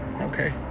Okay